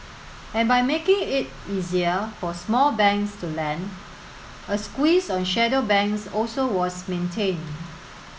and by making it easier for small banks to lend a squeeze on shadow banks also was maintained